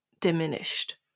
diminished